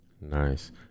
Nice